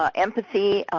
um empathy,